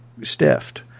stiffed